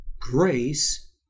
grace